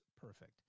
perfect